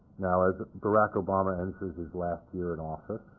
now, as barack obama enters his last year in office,